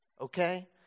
Okay